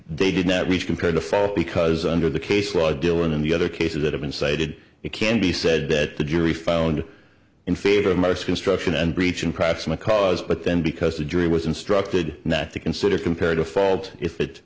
they did not reach compared to false because under the case law dylan and the other cases that have been cited it can be said that the jury found in favor of most construction and breaching proximate cause but then because the jury was instructed not to consider comparative fault if it